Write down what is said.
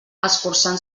esforçant